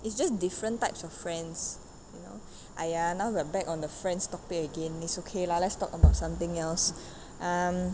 it's just different types of friends !aiya! now we are back on the friends topic again it's okay lah let's talk about something else um